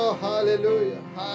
hallelujah